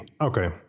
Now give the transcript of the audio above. Okay